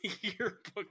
Yearbook